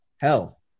Hell